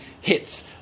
hits